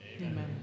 Amen